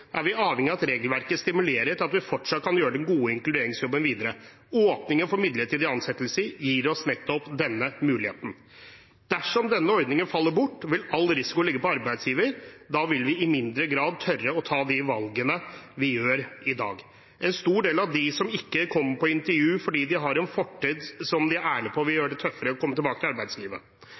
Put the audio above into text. er vi avhengig av at regelverket stimulerer til at vi fortsatt kan gjøre den gode inkluderingsjobben videre. Åpning for midlertidige ansettelser gir oss nettopp denne muligheten. Dersom denne ordningen faller bort, vil all risiko ligge på arbeidsgiver. Da vil vi i mindre grad tørre å ta de valgene vi gjør i dag. En stor del av dem kommer ikke på intervju fordi de har en fortid som de er ærlige på vil gjøre det tøffere å komme tilbake til arbeidslivet.